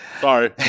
sorry